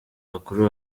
bakuru